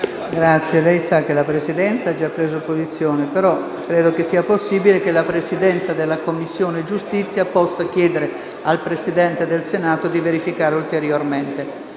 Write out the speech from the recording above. lei sa che la Presidenza ha già preso posizione. Però credo che sia possibile che la Presidenza della Commissione giustizia chieda al Presidente del Senato di verificare ulteriormente.